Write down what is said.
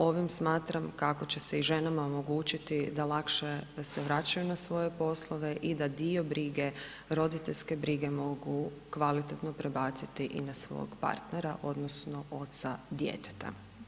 Ovim smatram kako će se i ženama omogućiti da lakše se vraćaju na svoje poslove i da dio brige, roditeljske brige mogu kvalitetno prebaciti i na svog partnera, odnosno oca djeteta.